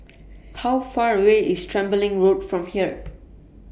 How Far away IS Tembeling Road from here